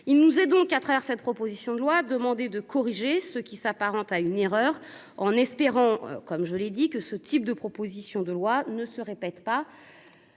Il nous est donc à travers cette proposition de loi demander de corriger ce qui s'apparente à une erreur en espérant, comme je l'ai dit que ce type de proposition de loi ne se répète pas.